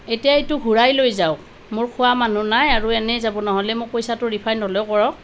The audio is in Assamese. এতিয়াই এইটো ঘূৰাই লৈ যাওক মোৰ খোৱা মানুহ নাই ইনেই যাব নহ'লে মোক পইচাটো ৰিফাণ্ড হ'লেও কৰক